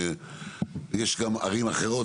יש גם ערים אחרות,